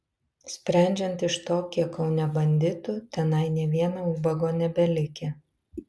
sprendžiant iš to kiek kaune banditų tenai nė vieno ubago nebelikę